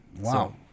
Wow